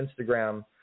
Instagram